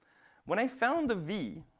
when i found the v